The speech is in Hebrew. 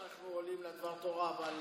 ב-03:00 אנחנו עולים לדבר תורה.